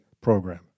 Program